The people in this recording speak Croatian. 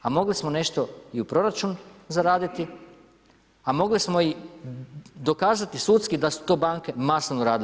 A mogli smo nešto i u proračun zaraditi, a mogli smo i dokazati sudski da su to banke masovno radile.